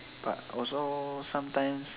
but also sometimes